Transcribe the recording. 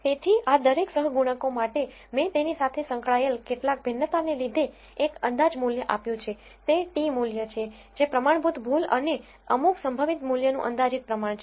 તેથી આ દરેક સહગુણાંકો માટે મેં તેની સાથે સંકળાયેલ કેટલાક ભિન્નતા ને લીધે એક અંદાજ મૂલ્ય આપ્યું છે તે t મૂલ્ય છે જે પ્રમાણભૂત ભૂલ અને અમુક સંભવિત મૂલ્ય નું અંદાજીત પ્રમાણ છે